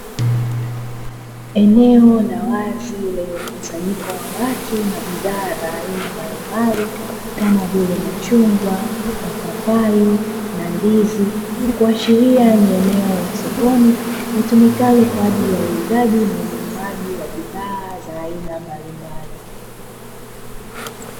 Eneo la wazi lenye mkusanyiko wa watu na bidhaa za aina mbalimbali kama vile:machungwa, mapapai na ndizi kuashiria ni eneo la sokoni litumikalo kwa ajii ya uuzwaji wa bidhaa za aina mbalimbali.